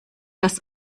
das